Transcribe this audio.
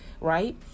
right